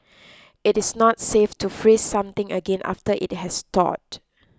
it is not safe to freeze something again after it has thawed